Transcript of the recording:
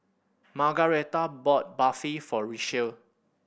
Margaretha bought Barfi for Richelle